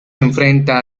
enfrenta